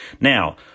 Now